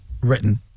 written